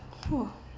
!wah!